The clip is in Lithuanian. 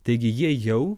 taigi jie jau